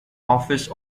office